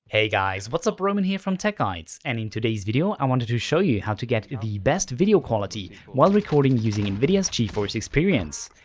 hey guys, what's up roman here from tech guides and in today's video i wanted to show you how to get the best video quality while recording using nvidia's geforce experience.